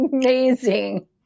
amazing